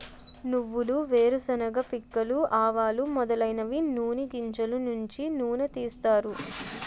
నువ్వులు వేరుశెనగ పిక్కలు ఆవాలు మొదలైనవి నూని గింజలు నుంచి నూనె తీస్తారు